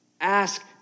Ask